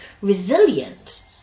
resilient